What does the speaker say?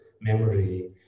memory